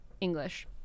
English